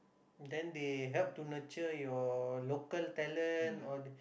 then they help to nurture your local talent